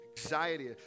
anxiety